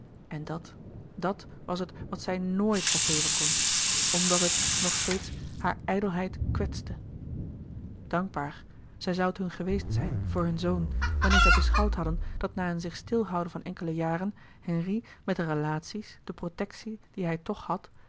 en dat dàt was het wat zij nooit vergeven kon omdat het nog steeds hare ijdelheid kwetste dankbaar zij zoû het hun geweest zijn voor hun zoon wanneer zij beschouwd hadden dat na een zich stil houden van enkele jaren henri met de relaties de protectie die hij toch had